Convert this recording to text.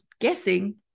guessing